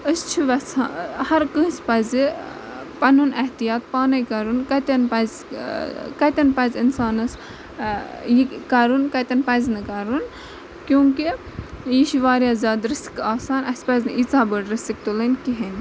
أسۍ چھِ یژھان ہر کٲنسہِ پَزِ پَنُن احتِیات پانٕے کَرُن کَتین پَزِ کَتین پَزِ اِنسانَس یہِ کَرُن کَتین پَزِ نہٕ کَرُن کیوں کہِ یہِ چھِ واریاہ زیادٕ رِسک آسان اَسہِ پَزِ نہٕ یٖژھ بٔڑ رِسک تُلٕنۍ کِہینۍ